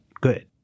good